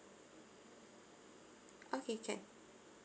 okay can